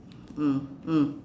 mm mm